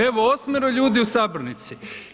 Evo osmero ljudi u sabornici.